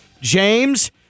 James